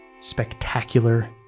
spectacular